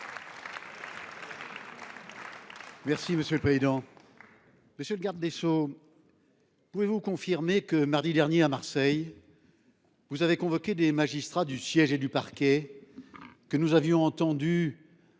Les Républicains. Monsieur le garde des sceaux, pouvez vous me confirmer que, mardi dernier à Marseille, vous avez convoqué des magistrats du siège et du parquet que nous avions entendus